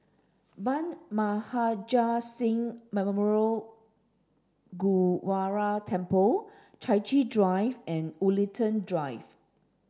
Bhai Maharaj Singh Memorial Gurdwara Temple Chai Chee Drive and Woollerton Drive